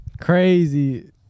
Crazy